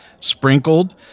sprinkled